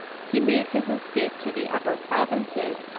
he made his escape to the upper provinces,